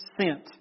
sent